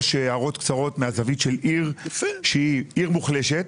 הערות קצרות מהזווית של עיר שהיא עיר מוחלשת,